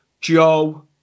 Joe